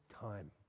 time